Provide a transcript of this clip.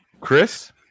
Chris